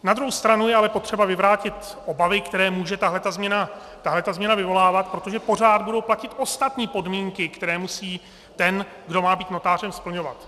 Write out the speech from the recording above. Na druhou stranu je ale potřeba vyvrátit obavy, které může tahle změna vyvolávat, protože pořád budou platit ostatní podmínky, které musí ten, kdo má být notářem, splňovat.